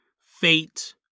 fate